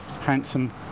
handsome